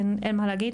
אין מה להגיד,